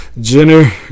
Jenner